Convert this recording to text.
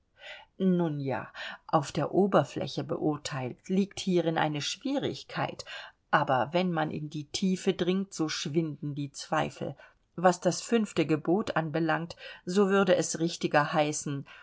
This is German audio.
nun ja auf der oberfläche beurteilt liegt hierin eine schwierigkeit aber wenn man in die tiefe dringt so schwinden die zweifel was das fünfte gebot anbelangt so würde es richtiger heißen